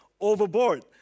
overboard